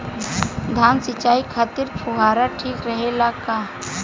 धान सिंचाई खातिर फुहारा ठीक रहे ला का?